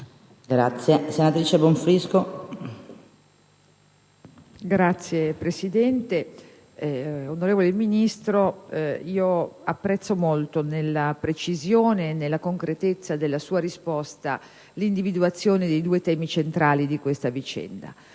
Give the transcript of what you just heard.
*(PdL)*. Signora Presidente, onorevole Ministro, apprezzo molto, nella precisione e nella concretezza della sua risposta, l'individuazione dei due temi centrali di questa vicenda.